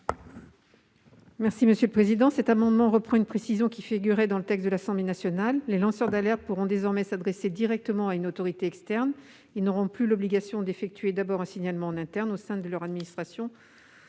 est à Mme le rapporteur. Cet amendement reprend une précision qui figurait dans le texte de l'Assemblée nationale. Les lanceurs d'alerte pourront désormais s'adresser directement à une autorité externe. Ils n'auront plus l'obligation d'effectuer d'abord un signalement en interne au sein de leur administration